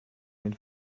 den